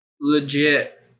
Legit